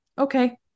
okay